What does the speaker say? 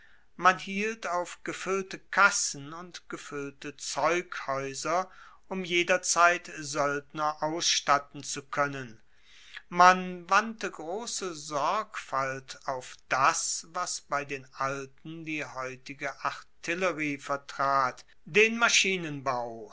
man hielt auf gefuellte kassen und gefuellte zeughaeuser um jederzeit soeldner ausstatten zu koennen man wandte grosse sorgfalt auf das was bei den alten die heutige artillerie vertrat den maschinenbau